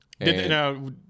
No